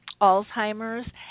Alzheimer's